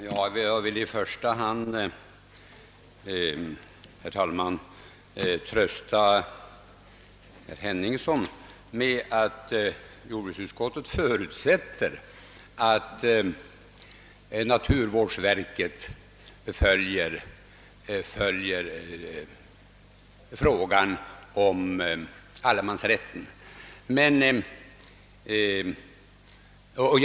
Herr talman! Jag vill i första hand trösta herr Henningsson med att säga att jordbruksutskottet förutsätter att naturvårdsverket följer frågan om allemansrätten med uppmärksamhet.